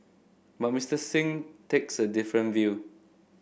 but Mister Singh takes a different view